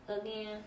again